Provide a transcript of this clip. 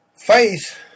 Faith